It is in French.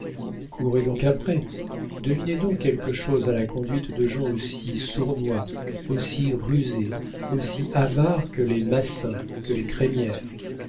courez donc après devinez donc quelque chose à la conduite de gens aussi sournois aussi rusés aussi avares que les massin que les crémière